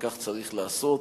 וכך צריך לעשות.